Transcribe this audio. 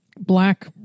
Black